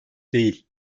değil